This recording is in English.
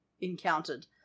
encountered